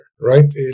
right